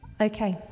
Okay